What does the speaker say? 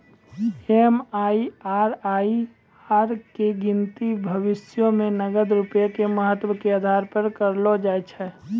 MIRR के गिनती भविष्यो मे नगद रूपया के महत्व के आधार पे करलो जाय छै